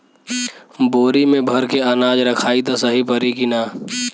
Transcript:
बोरी में भर के अनाज रखायी त सही परी की ना?